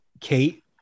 Kate